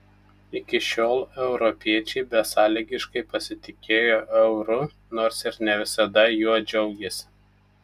iki šiol europiečiai besąlygiškai pasitikėjo euru nors ir ne visada juo džiaugėsi